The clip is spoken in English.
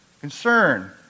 concern